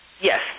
Yes